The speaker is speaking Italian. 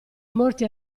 morti